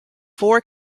four